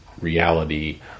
reality